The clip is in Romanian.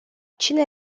cine